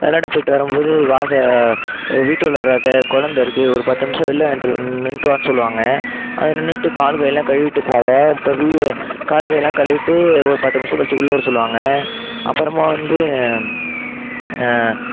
விளையாட போய்ட்டு வரும்போது வாசல் வீட்டு உள்ளாற கொழந்தை இருக்குது ஒரு பத்து நிமிஷம் வெளில நின்னுவிட்டு வான்னு சொல்வாங்க அது நின்னுவிட்டு கால் கைலாம் கழுவிட்டு போவோம் இப்போ கால் கைலாம் கழுவிட்டு ஒரு பத்து நிமிஷம் கழித்து உள்ளே வர சொல்வாங்க அப்புறமாக வந்து